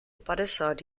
padesát